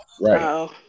Right